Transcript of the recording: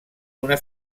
una